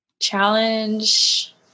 Challenge